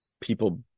people